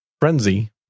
frenzy